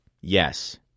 Yes